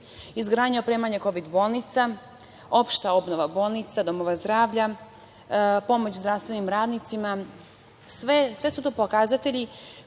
izgradnja i opremanje kovid bolnica, opšta obnova bolnica, domova zdravlja, pomoć zdravstvenim radnicima. Sve su to pokazatelji